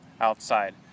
outside